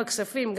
גם בכספים,